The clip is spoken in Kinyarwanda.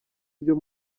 byo